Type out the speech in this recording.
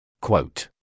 Quote